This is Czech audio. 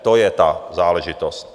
To je ta záležitost.